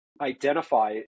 identify